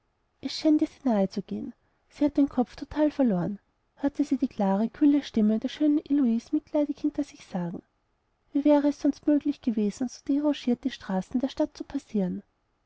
nahe zu gehen sie hat den kopf total verloren hörte sie die klare kühle stimme der schönen heloise mitleidig hinter sich sagen wie wäre es sonst möglich gewesen so derangiert die straßen der stadt zu passieren